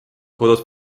kodus